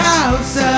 House